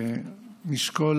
ונשקול,